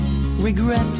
regret